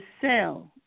cell